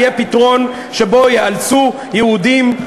יהיה פתרון שבו ייאלצו יהודים,